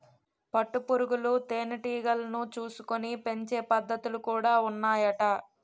పట్టు పురుగులు తేనె టీగలను చూసుకొని పెంచే పద్ధతులు కూడా ఉన్నాయట